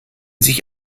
sich